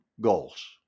goals